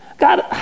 God